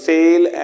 Sale